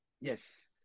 Yes